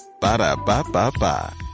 Ba-da-ba-ba-ba